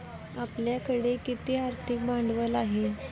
आपल्याकडे किती आर्थिक भांडवल आहे?